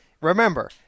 Remember